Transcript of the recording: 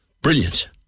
Brilliant